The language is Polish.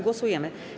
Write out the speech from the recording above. Głosujemy.